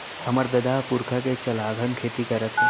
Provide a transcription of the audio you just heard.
हमर ददा ह पुरखा के चलाघन खेती करत हे